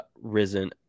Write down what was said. risen